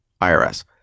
IRS